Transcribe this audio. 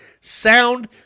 sound